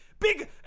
Big